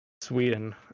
Sweden